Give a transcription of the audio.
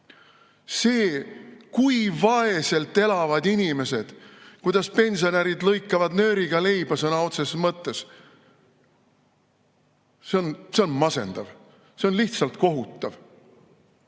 See, kui vaeselt elavad inimesed ja kuidas pensionärid lõikavad nööriga leiba sõna otseses mõttes, on masendav. See on lihtsalt kohutav!